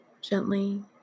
gently